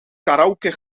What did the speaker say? karaoke